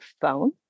phone